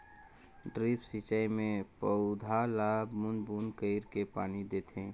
drip सिंचई मे पउधा ल बूंद बूंद कईर के पानी देथे